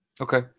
Okay